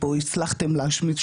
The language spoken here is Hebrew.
שפה הצלחתם להשמיץ,